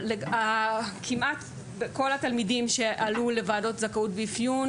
כמעט כל התלמידים שעלו לוועדות זכאות ואפיון